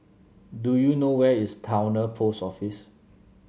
do you know where is Towner Post Office